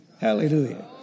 Hallelujah